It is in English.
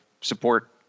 support